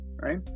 right